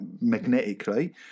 magnetically